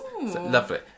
Lovely